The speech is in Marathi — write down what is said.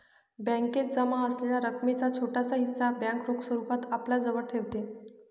बॅकेत जमा असलेल्या रकमेचा छोटासा हिस्सा बँक रोख स्वरूपात आपल्याजवळ ठेवते